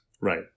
Right